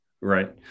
right